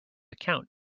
account